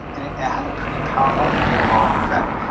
and it has a pretty powerful metabolic effect.